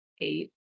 eight